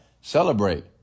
celebrate